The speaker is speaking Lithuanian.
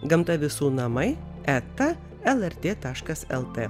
gamta visų namai eta lrt taškas lt